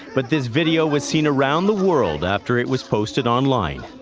but this video was seen around the world after it was posted online.